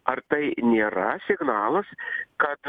ar tai nėra signalas kad